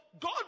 God